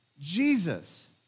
Jesus